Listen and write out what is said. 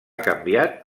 canviat